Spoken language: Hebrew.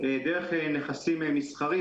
דרך נכסים מסחריים,